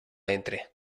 entre